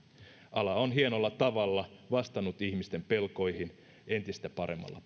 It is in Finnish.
ala on hienolla tavalla vastannut ihmisten pelkoihin entistä paremmalla